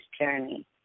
journey